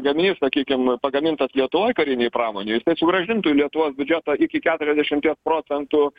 gaminys sakykim pagamintas lietuvoj karinei pramonei jisai sugrąžintų į lietuvos biudžetą iki keturiasdešimties procentų